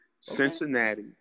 Cincinnati